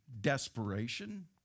desperation